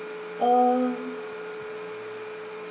uh